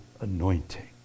anointing